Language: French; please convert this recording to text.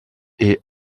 est